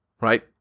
right